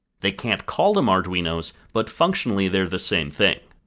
they can't call them arduinos, but functionally they are the same thing.